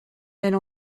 elle